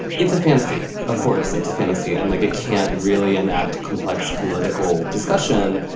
it's a fantasy of course it's a fantasy. and like a can't really enact complex political discussion.